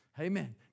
Amen